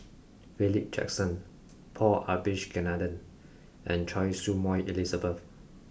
Philip Jackson Paul Abisheganaden and Choy Su Moi Elizabeth